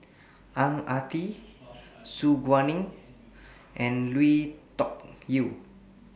Ang Ah Tee Su Guaning and Lui Tuck Yew